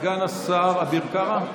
סגן השר אביר קארה.